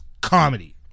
comedy